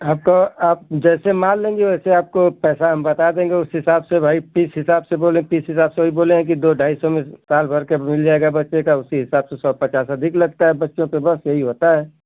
आप आप जैसे मान लेंगे वैसे आपको पैसा हम बता देंगे उस हिसाब से वाईट पीस हिसाब से बोलें जिस हिसाब से भी बोले हैं कि दो ढाई सौ में साल भर का मिल जायेगा बस एक उसके हिसाब से सौ पचास अधिक लगता है बच्चों के बस यही होता है